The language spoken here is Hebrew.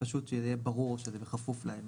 שזה יהיה ברור שזה בכפוף להן.